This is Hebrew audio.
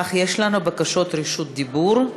אך יש לנו בקשות רשות דיבור.